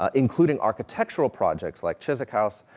ah including architectural projects, like chiswick house,